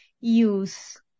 use